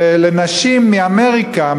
לנשים מאמריקה,